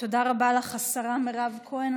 תודה רבה לך, השרה מירב כהן.